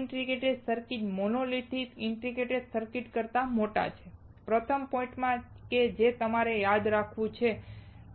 આ integrated circuit monolithic integrated circuit કરતા મોટા છે પ્રથમ પૉઇન્ટ કે જે તમારે યાદ રાખવું છે